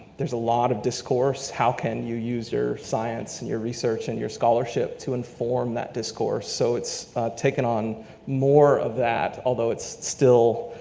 there's a lot of discourse, how can you use your science and your research and your scholarship to inform that discourse? so it's taken on more of that, although it's still,